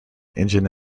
engine